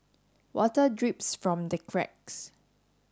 water drips from the cracks